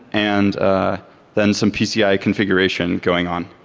and then some pci configuration going on.